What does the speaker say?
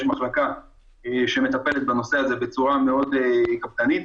יש מחלקה שמטפלת בנושא הזה בצורה מאוד קפדנית.